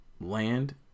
land